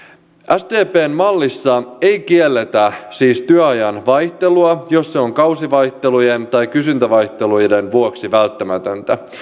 sdpn mallissa ei kielletä siis työajan vaihtelua jos se on kausivaihtelujen tai kysyntävaihteluiden vuoksi välttämätöntä